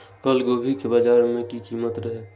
कल गोभी के बाजार में की कीमत रहे?